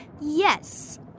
Yes